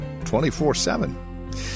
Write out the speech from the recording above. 24-7